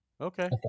Okay